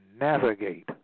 Navigate